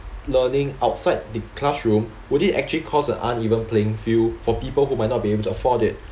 learning outside the classroom would it actually cause a uneven playing field for people who might not be able to afford it